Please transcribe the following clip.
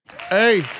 Hey